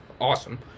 Awesome